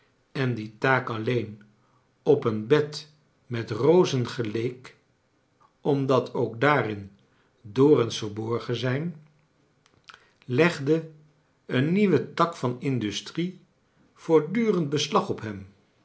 en die taak alleen op een bed met rozen geleek omdat ook daarin dorens verborgen zijn legde een nieuwe tak van industrie voortdurend beslag op hem